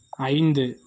ஐந்து